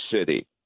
city